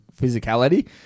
physicality